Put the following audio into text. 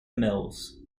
mills